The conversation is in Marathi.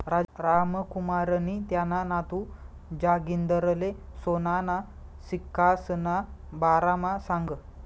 रामकुमारनी त्याना नातू जागिंदरले सोनाना सिक्कासना बारामा सांगं